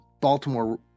Baltimore